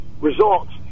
results